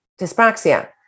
dyspraxia